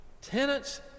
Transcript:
tenants